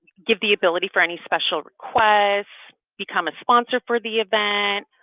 give the ability for any special requests become a sponsor for the event.